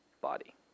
body